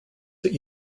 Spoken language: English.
that